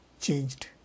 changed